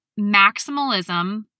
maximalism